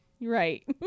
Right